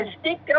stick